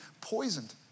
poisoned